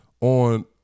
on